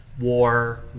war